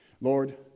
Lord